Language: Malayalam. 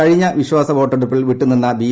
കഴിഞ്ഞ വിശ്വാസ വോട്ടെടുപ്പിൽ വിട്ടുനിന്ന ബി